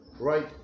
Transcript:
right